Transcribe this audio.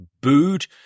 booed